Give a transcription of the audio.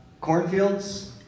Cornfields